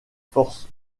forces